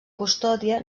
custòdia